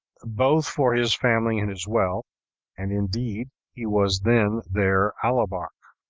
both for his family and his wealth and indeed he was then their alabarch.